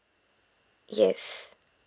yes